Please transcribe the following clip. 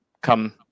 come